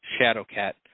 Shadowcat